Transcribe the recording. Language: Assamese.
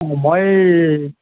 মই